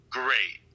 great